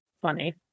funny